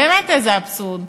באמת איזה אבסורד.